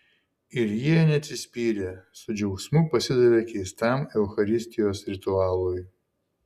ir jie neatsispyrė su džiaugsmu pasidavė keistam eucharistijos ritualui